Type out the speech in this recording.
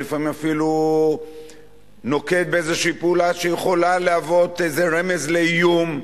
ולפעמים אפילו נוקט איזושהי פעולה שיכולה להוות איזה רמז לאיום,